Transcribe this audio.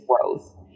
growth